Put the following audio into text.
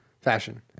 Fashion